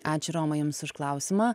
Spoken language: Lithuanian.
ačiū romai jums už klausimą